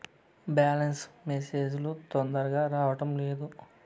Balance message లు తొందరగా రావడం లేదు?